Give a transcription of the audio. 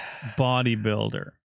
bodybuilder